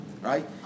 right